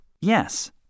Yes